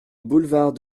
boulevard